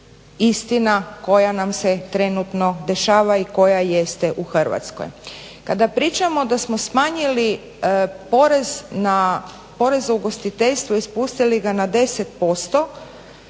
istina koja nam se trenutno dešava i koja jeste u Hrvatskoj. Kada pričamo da smo smanjili porez za ugostiteljstvo i spustili ga na 10%